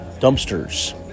dumpsters